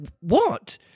what